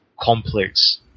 complex